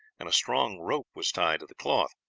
and a strong rope was tied to the cloth.